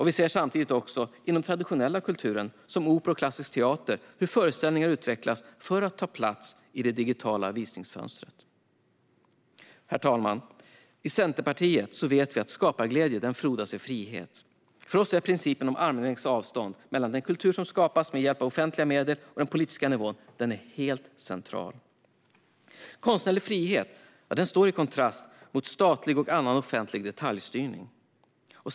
Vi ser samtidigt också inom traditionell kultur, som opera och klassisk teater, hur föreställningar utvecklas för att ta plats i det digitala visningsfönstret. Herr talman! I Centerpartiet vet vi att skaparglädje frodas i frihet. För oss är principen om armlängds avstånd mellan den kultur som skapas med hjälp av offentliga medel och den politiska nivån helt central. Konstnärlig frihet står i kontrast mot statlig och annan offentlig detaljstyrning.